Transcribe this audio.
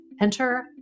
Enter